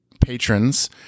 patrons